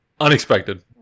unexpected